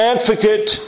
Advocate